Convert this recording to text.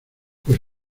pues